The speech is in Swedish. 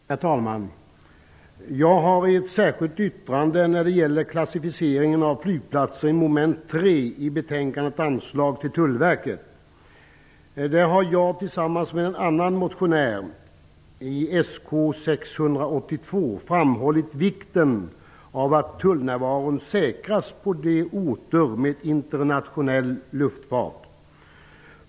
Herr talman! Jag har ett särskilt yttrande när det gäller klassificeringen av flygplatser i mom. 3 i betänkandet Anslag till Tullverket. Där har jag tillsammans med en annan motionär i Sk682 framhållit vikten av att tullnärvaron säkras på orter med internationell luftfart.